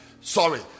sorry